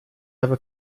ever